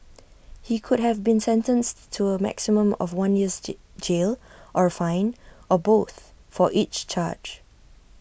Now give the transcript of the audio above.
he could have been sentenced to A maximum of one year's ji jail or A fine or both for each charge